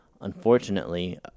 unfortunately